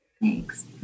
Thanks